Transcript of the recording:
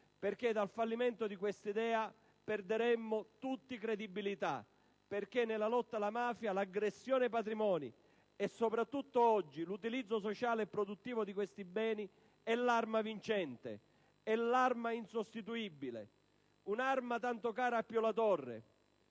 idea non fallisca. In quel caso, infatti, perderemmo tutti credibilità, perché nella lotta alla mafia l'aggressione ai patrimoni e soprattutto l'utilizzo sociale e produttivo di questi beni sono l'arma vincente, l'arma insostituibile, un'arma tanto cara a Pio La Torre,